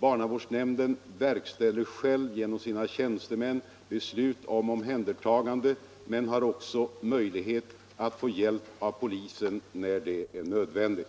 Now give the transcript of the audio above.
Barnavårdsnämnden verkställer själv genom sina tjänstemän beslut om omhändertagande men har också möjlighet att få hjälp av polisen när det är nödvändigt.